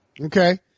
Okay